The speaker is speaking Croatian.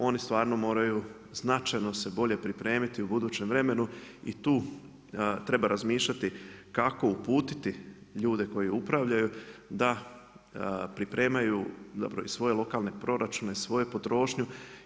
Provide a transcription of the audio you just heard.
Oni stvarno moraju značajno se bolje pripremiti u budućem vremenu i tu treba razmišljati kako uputiti ljude koji upravljaju da pripremaju zapravo i svoje lokalne proračune, svoju potrošnju.